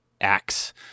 acts